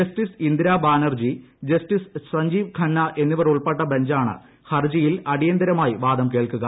justice Indira Banerjee justice Sanjiv Khanna എന്നിവർ ഉൾപ്പെട്ട ബഞ്ചാണ് ഹർജിയിൽ അടിയന്തരമായി വാദം കേൾക്കുക